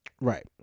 Right